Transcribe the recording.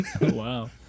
wow